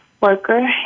worker